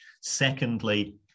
Secondly